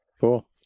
Cool